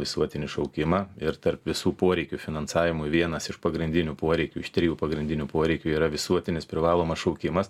visuotinį šaukimą ir tarp visų poreikių finansavimo vienas iš pagrindinių poreikių iš trijų pagrindinių poreikių yra visuotinis privalomas šaukimas